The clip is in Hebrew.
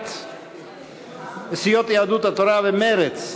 סיעות יהדות התורה ומרצ: